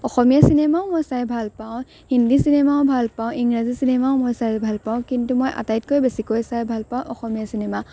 অসমীয়া চিনেমাও মই চাই ভাল পাওঁ হিন্দী চিনেমাও ভাল পাওঁ ইংৰাজী চিনেমাও মই চাই ভাল পাওঁ কিন্তু মই আটাইতকৈ বেছিকৈ চাই ভাল পাওঁ অসমীয়া চিনেমা